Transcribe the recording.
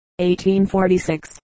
1846